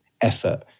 effort